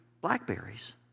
blackberries